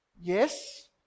Yes